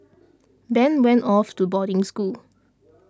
Ben went off to boarding school